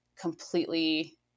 completely